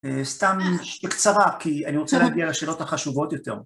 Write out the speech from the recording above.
...בקצרה כי אני רוצה להגיע לשאלות החשובות יותר.